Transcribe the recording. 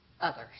others